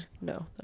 No